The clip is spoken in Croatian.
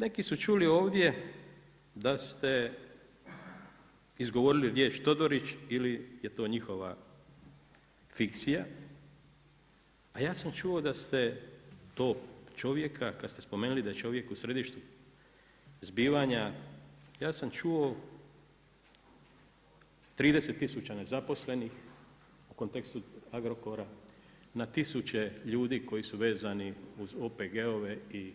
Neki su čuli ovdje da ste izgovorili riječ Todorić ili je to njihova fikcija, a ja sam čuo da ste tog čovjeka kad ste spomenuli da je čovjek u središtu zbivanja, ja sam čuo 30000 nezaposlenih u kontekstu Agrokora, na 1000 ljudi koji su vezani uz OPG-ove i